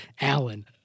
Alan